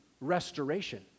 restoration